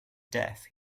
death